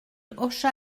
hocha